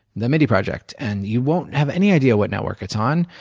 the mindy project, and you won't have any idea what network it's on.